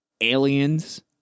aliens